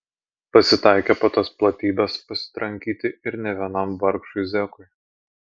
pasitaikė po tas platybes pasitrankyti ir ne vienam vargšui zekui